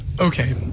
Okay